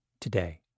today